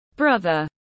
Brother